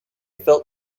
felt